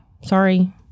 Sorry